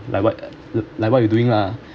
like what like what you doing lah